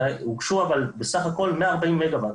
ובסך-הכול הוגשו 140 מגה-ואט.